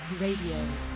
Radio